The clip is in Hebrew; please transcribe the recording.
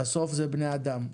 בסוף זה בני אדם.